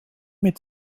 mit